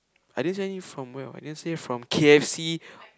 I didn't say anything from where what I didn't say say from k_f_c